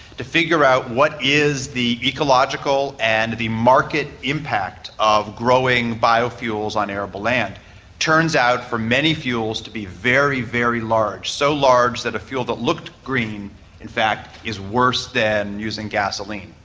to figure out what is the ecological and the market impact of growing biofuels on arable land. it turns out for many fuels to be very, very large, so large that a fuel that looked green in fact is worse than using gasoline.